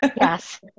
yes